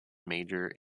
major